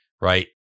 Right